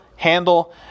Handle